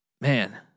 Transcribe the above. man